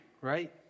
right